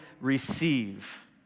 receive